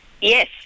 Yes